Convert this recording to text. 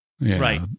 Right